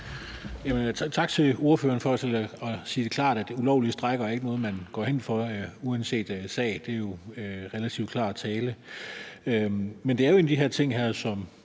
Tak til ordføreren for at sige klart, at ulovlige strejker ikke er noget, man går ind for uanset sag. Det er relativt klar tale. Men det her er jo en af de ting, som